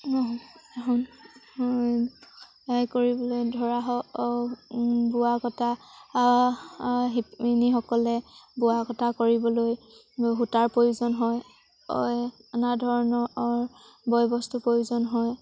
কৰিবলৈ ধৰা হওক বোৱা কটা শিপিনীসকলে বোৱা কটা কৰিবলৈ সূতাৰ প্ৰয়োজন হয় নানা ধৰণৰ বয়বস্তুৰ প্ৰয়োজন হয়